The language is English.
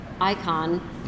Icon